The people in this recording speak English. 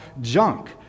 junk